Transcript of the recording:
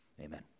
Amen